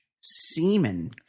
semen